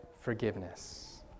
forgiveness